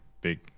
big